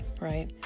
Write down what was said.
right